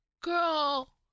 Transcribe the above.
Girl